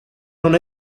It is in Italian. non